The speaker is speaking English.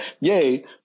Yay